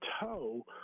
toe